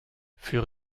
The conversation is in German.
für